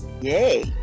Yay